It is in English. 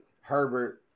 Herbert